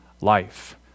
life